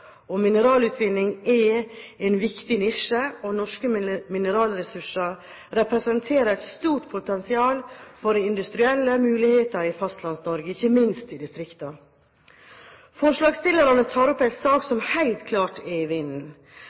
industrivirksomhet. Mineralutvinning er en viktig nisje, og norske mineralressurser representerer et stort potensial for industrielle muligheter i Fastlands-Norge, ikke minst i distriktene. Forslagsstillerne tar opp en sak som helt klart er i vinden.